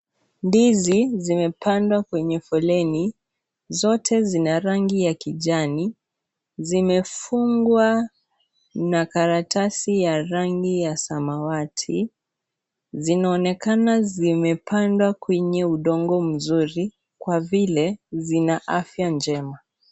Ndizi zimepandwa kwenye foleni. Zote zina rangi ya kijani zimefungwa na karatasi ya rangi ya samawati zinaonekana zimepandwa kwenye udongo mzuri kwa vile zina afya njema.